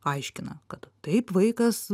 aiškina kad taip vaikas